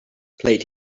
played